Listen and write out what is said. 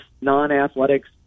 non-athletics